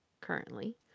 currently